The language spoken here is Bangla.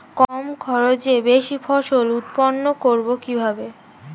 কম খরচে বেশি ফসল উৎপন্ন করব কিভাবে?